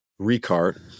recart